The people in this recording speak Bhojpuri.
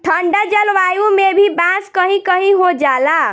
ठंडा जलवायु में भी बांस कही कही हो जाला